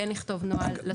כן לכתוב נוהל.